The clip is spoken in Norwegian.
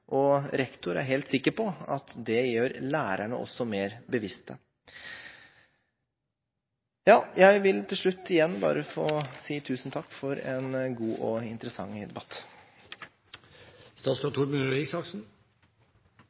og rektor er helt sikker på at det også gjør lærerne mer bevisste. Til slutt vil jeg – igjen – bare få si tusen takk for en god og interessant debatt.